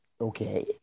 okay